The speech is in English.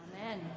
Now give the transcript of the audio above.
Amen